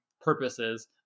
purposes